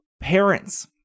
parents